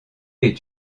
est